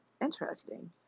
interesting